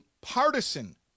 partisan